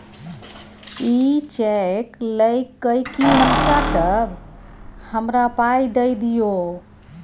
इ चैक लए कय कि हम चाटब? हमरा पाइ दए दियौ